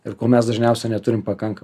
ir ko mes dažniausiai neturim pakankamai